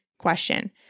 question